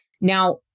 Now